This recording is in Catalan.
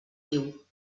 viu